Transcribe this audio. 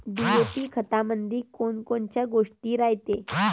DAP खतामंदी कोनकोनच्या गोष्टी रायते?